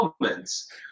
moments